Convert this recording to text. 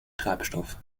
treibstoff